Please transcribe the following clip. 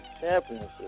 championship